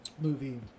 movie